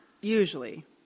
usually